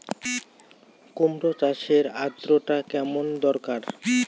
কুমড়ো চাষের আর্দ্রতা কেমন দরকার?